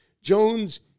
Jones